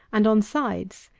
and on sides,